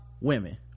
women